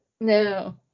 No